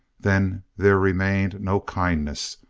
then there remained no kindness,